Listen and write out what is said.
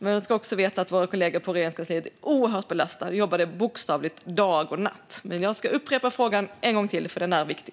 Man ska veta att våra kollegor på Regeringskansliet är oerhört belastade och bokstavligt talat jobbar dag och natt. Men jag ska upprepa frågan en gång till, för den är viktig.